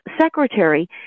Secretary